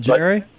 Jerry